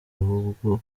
ahubwo